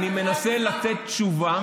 אני מנסה לתת תשובה.